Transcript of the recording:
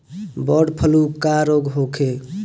Bird flu का रोग होखे?